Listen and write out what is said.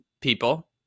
people